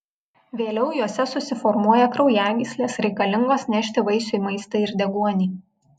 vėliau juose susiformuoja kraujagyslės reikalingos nešti vaisiui maistą ir deguonį